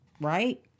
right